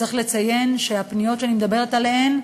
צריך לציין שהפניות שאני מדברת עליהן,